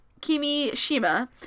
Kimishima